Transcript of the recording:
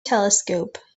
telescope